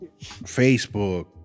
Facebook